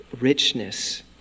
richness